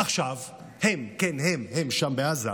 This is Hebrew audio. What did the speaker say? עכשיו הם, כן, הם, הם, שם בעזה,